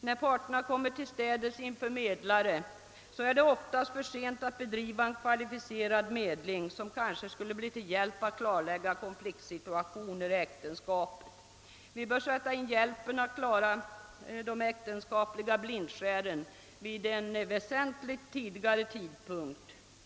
När parterna kommer till städes inför medlare, är det oftast för sent att bedriva en kvalificerad medling som kanske skulle bli till hjälp att klarlägga konfliktsituationer i äktenskapet. Vi bör Sätta in hjälpen att klara de äktenskapliga blindskären vid en väsentligt tidi Sare tidpunkt.